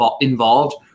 involved